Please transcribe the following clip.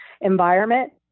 environment